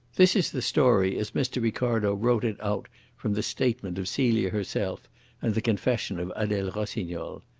this is the story as mr. ricardo wrote it out from the statement of celia herself and the confession of adele rossignol.